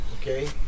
okay